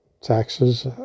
taxes